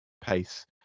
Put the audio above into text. pace